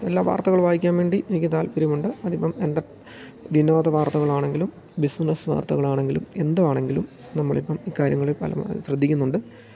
എല്ലാ വാർത്തകൾ വായിക്കാൻ വേണ്ടി എനിക്ക് താല്പര്യമുണ്ട് അത് ഇപ്പം എൻ്റെ വിനോദ വാർത്തകൾ ആണെങ്കിലും ബിസ്നസ് വാർത്തകളാണെങ്കിലും എന്താണെങ്കിലും നമ്മൾ ഇപ്പം ഇക്കാര്യങ്ങളിൽ പരമാവധി ശ്രദ്ധിക്കുന്നുണ്ട്